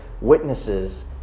witnesses